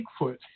Bigfoot